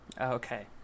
okay